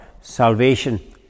salvation